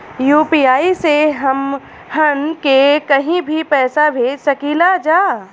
UPI से हमहन के कहीं भी पैसा भेज सकीला जा?